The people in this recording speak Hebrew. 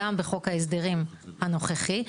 גם בחוק ההסדרים הנוכחי,